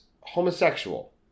homosexual